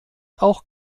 auch